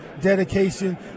dedication